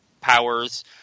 powers